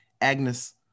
Agnes